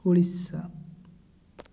Odisha